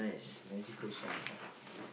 it's a magical song lah